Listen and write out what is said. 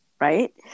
right